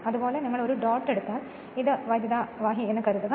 അതുപോലെ നിങ്ങൾ ഒരു ഡോട്ട് എടുത്താൽ ഇതാണ് കണ്ടക്ടർ എന്ന് കരുതുക